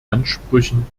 ansprüchen